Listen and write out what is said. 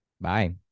Bye